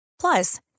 Plus